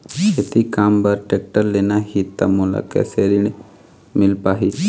खेती काम बर टेक्टर लेना ही त मोला कैसे ऋण मिल पाही?